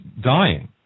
dying